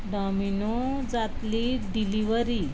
डॉमिनोजांतली delivery